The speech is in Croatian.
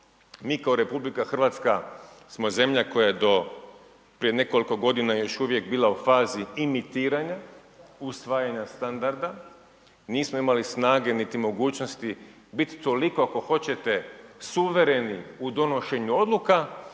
Mi kao RH smo zemlja koja je do prije nekoliko godina još uvijek bila u fazi imitiranja, usvajanja standarda, nismo imali snage niti mogućnosti biti toliko ako hoćete suvereni u donošenju odluka,